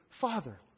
Father